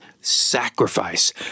sacrifice